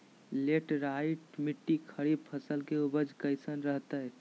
Laterite मिट्टी खरीफ फसल के उपज कईसन हतय?